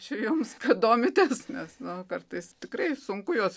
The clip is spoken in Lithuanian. ačiū jums kad domitės nes nu kartais tikrai sunku juos